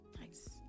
Nice